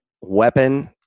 weapon